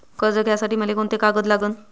कर्ज घ्यासाठी मले कोंते कागद लागन?